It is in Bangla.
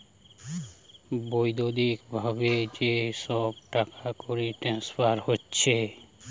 বৈদ্যুতিক ভাবে যে সব টাকাকড়ির ট্রান্সফার হচ্ছে